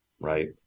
right